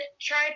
try